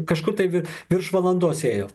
kažkur tai vi virš valandos ėjo